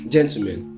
Gentlemen